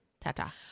Ta-ta